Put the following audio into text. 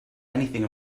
anything